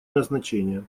назначение